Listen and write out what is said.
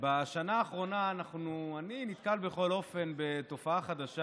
בשנה האחרונה אני נתקל בתופעה חדשה